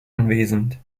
anwesend